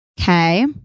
Okay